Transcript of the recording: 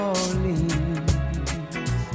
Orleans